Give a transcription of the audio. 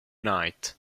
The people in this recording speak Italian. night